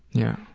yeah.